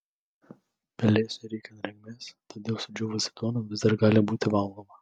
pelėsiui reikia drėgmės todėl sudžiūvusi duona vis dar gali būti valgoma